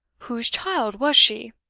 whose child was she?